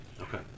Okay